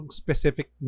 specific